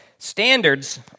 Standards